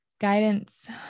guidance